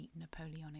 Napoleonic